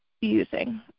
using